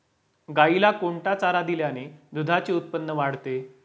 गाईला कोणता चारा दिल्याने दुधाचे उत्पन्न वाढते?